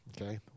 okay